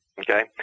okay